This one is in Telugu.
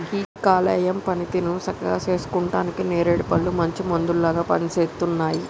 గీ కాలేయం పనితీరుని సక్కగా సేసుకుంటానికి నేరేడు పండ్లు మంచి మందులాగా పనిసేస్తున్నాయి